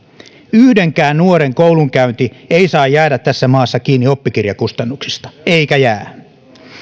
yhdenkään nuoren koulunkäynti ei saa jäädä tässä maassa kiinni oppikirjakustannuksista eikä jää